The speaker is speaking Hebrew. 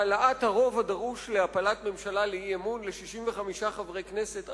העלאת הרוב הדרוש להפלת ממשלה באי-אמון ל-65 חברי כנסת,